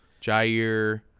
Jair